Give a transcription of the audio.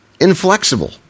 Inflexible